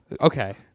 Okay